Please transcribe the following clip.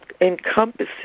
encompasses